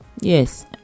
yes